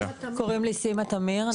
קוראים לי סימה טמיר,